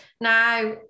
Now